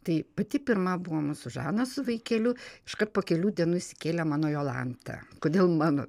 tai pati pirma buvo mūsų žana su vaikeliu iškart po kelių dienų įsikėlė mano jolanta kodėl mano